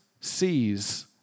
sees